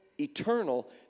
eternal